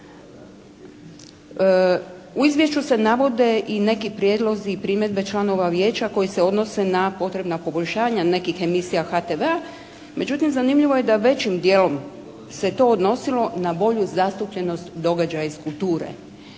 U Izvješću se navode i neki prijedlozi i primjedbe članova Vijeća koji se odnose na potrebna poboljšanja nekih emisija HTV-a, međutim zanimljivo je da većim dijelom se to odnosilo na bolju zastupljenost događaja iz kulture.